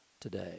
today